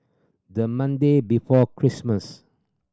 the Monday before Christmas